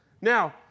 Now